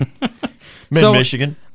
Mid-Michigan